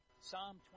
Psalm